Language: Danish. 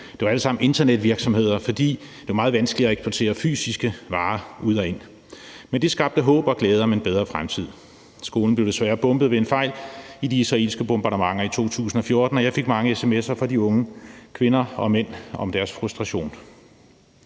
Det var alle sammen internetvirksomheder, fordi det jo er meget vanskeligt at eksportere og importere fysiske varer. Men det skabte glæde og håb om en bedre fremtid. Skolen blev desværre bombet ved en fejl i de israelske bombardementer i 2014, og jeg fik mange sms'er fra de unge kvinder og mænd om deres frustration.